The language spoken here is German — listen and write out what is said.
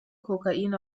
kokain